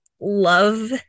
love